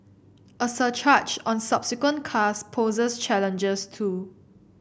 a surcharge on subsequent cars poses challenges too